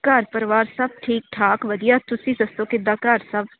ਘਰ ਪਰਿਵਾਰ ਸਭ ਠੀਕ ਠਾਕ ਵਧੀਆ ਤੁਸੀਂ ਦੱਸੋ ਕਿੱਦਾਂ ਘਰ ਸਭ